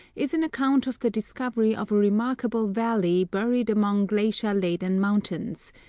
is an account of the discovery of a remark able valley buried among glacier-laden mountains,